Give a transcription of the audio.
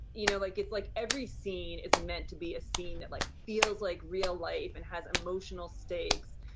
you know, like it's like every scene is meant to be a scene that, like, feels like real life and has emotional stakes.